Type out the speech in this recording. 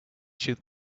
shoot